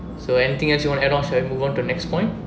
so anything else you want add on should I move on to the next point